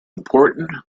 important